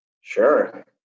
Sure